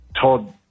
Todd